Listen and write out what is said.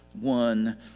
one